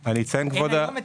מטפלות.